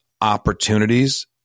opportunities